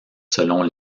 selon